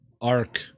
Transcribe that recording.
Ark